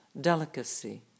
delicacy